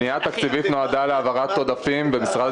הפנייה התקציבית נועדה להעברת עודפים במשרד